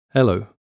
Hello